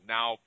Now